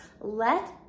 Let